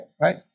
right